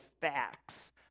facts